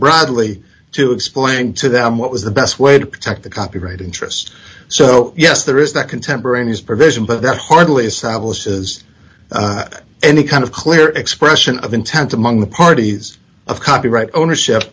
bradley to explain to them what was the best way to protect the copyright interest so yes there is that contemporaneous provision but that hardly savile's has any kind of clear expression of intent among the parties of copyright ownership